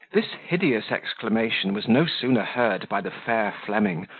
this hideous exclamation was no sooner heard by the fair fleming,